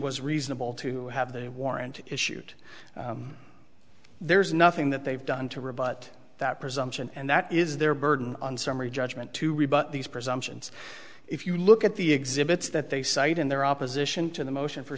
was reasonable to have the warrant issued there is nothing that they've done to rebut that presumption and that is their burden on summary judgment to rebut these presumptions if you look at the exhibits that they cite in their opposition to the motion for